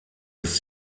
ist